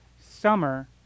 summer